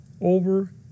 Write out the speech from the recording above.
over